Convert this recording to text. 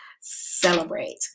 celebrate